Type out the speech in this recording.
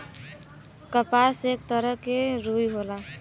कपास एक तरह के रुई होला